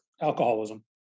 alcoholism